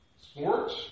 Sports